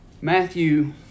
Matthew